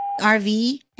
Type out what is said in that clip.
RV